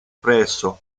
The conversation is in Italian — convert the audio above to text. presso